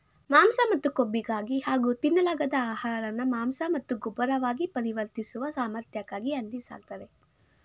ಮಾಂಸ ಮತ್ತು ಕೊಬ್ಬಿಗಾಗಿ ಹಾಗೂ ತಿನ್ನಲಾಗದ ಆಹಾರನ ಮಾಂಸ ಮತ್ತು ಗೊಬ್ಬರವಾಗಿ ಪರಿವರ್ತಿಸುವ ಸಾಮರ್ಥ್ಯಕ್ಕಾಗಿ ಹಂದಿ ಸಾಕ್ತರೆ